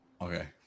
Okay